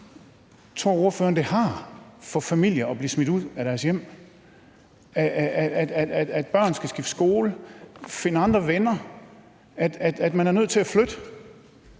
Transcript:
ordføreren det har for familier at blive smidt ud af deres hjem, at børn skal skifte skole, finde andre venner, at man er nødt til at flytte